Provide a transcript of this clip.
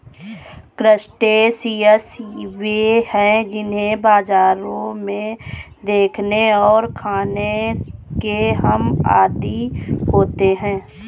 crustaceans वे हैं जिन्हें बाजारों में देखने और खाने के हम आदी होते हैं